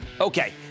Okay